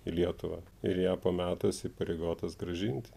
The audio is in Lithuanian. į lietuvą ir ją po metų esi įpareigotas grąžinti